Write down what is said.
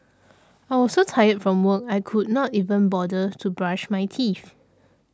I was so tired from work I could not even bother to brush my teeth